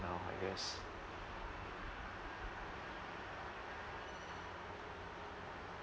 now I guess